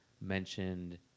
mentioned